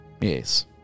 Yes